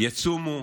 יצומו,